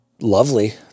lovely